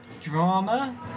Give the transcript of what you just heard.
drama